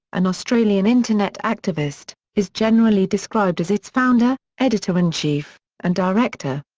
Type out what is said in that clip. an australian internet activist, is generally described as its founder, editor-in-chief, and director.